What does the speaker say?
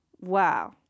wow